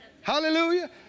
hallelujah